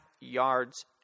yards